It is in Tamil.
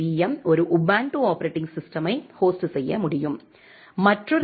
எம் ஒரு உபுண்டு ஆப்பரேட்டிங் சிஸ்டமை ஹோஸ்ட் செய்ய முடியும் மற்றொரு வி